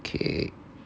K